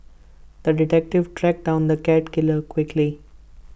the detective tracked down the cat killer quickly